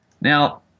Now